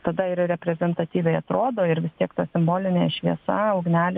tada ir reprezentatyviai atrodo ir vis tiek ta simbolinė šviesa ugnelė